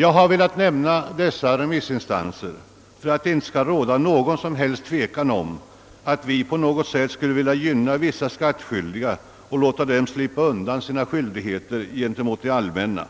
Jag har velat nämna dessa remissinstanser för att det inte skall råda någon som helst misstanke om att vi på något sätt skulle vilja gynna vissa skattskyldiga och låta dem slippa undan sina plikter gentemot det allmänna.